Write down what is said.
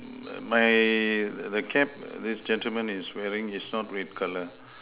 mine the cap this gentleman is wearing is not red color